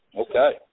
Okay